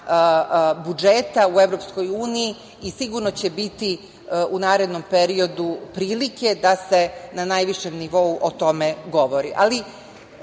budžeta u EU i sigurno će biti u narednom periodu prilike da se na najvišem nivou o tome govori.